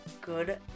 good